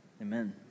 Amen